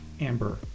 Amber